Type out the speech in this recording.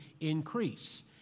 increase